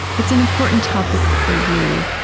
it's an important topic for you.